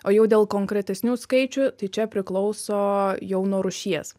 o jau dėl konkretesnių skaičių tai čia priklauso jau nuo rūšies